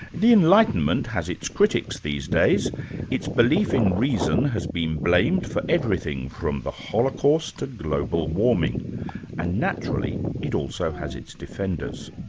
the enlightenment has its critics these days its belief in reason has been blamed for everything from the holocaust to global warming and naturally, it also has its defenders.